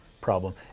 problem